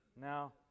Now